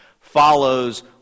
follows